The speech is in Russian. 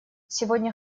сегодня